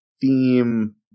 theme